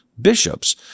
bishops